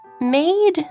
Made